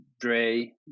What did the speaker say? Dre